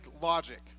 logic